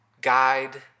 guide